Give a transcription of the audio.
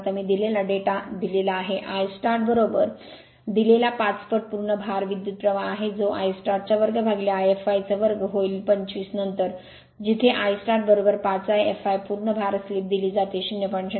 आता मी दिलेला डेटा दिलेला आहे I start दिलेला 5 पट पूर्ण भार विद्युत प्रवाह आहे जो I start 2I fl2 होईल 25 नंतर जिथे I start5 I fl पूर्ण भार स्लिप दिली जाते 0